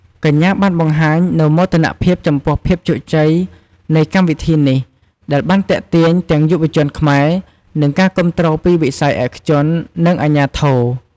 កញ្ញាបានបង្ហាញនូវមោទនភាពចំពោះភាពជោគជ័យនៃកម្មវិធីនេះ ដែលបានទាក់ទាញទាំងយុវជនខ្មែរ និងការគាំទ្រពីវិស័យឯកជន និងអាជ្ញាធរ។